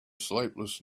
sleepless